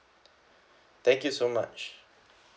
thank you so much